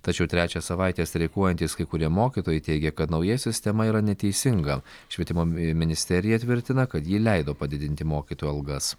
tačiau trečią savaitę streikuojantys kai kurie mokytojai teigia kad nauja sistema yra neteisinga švietimo ministerija tvirtina kad ji leido padidinti mokytojų algas